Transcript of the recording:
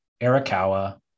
Arakawa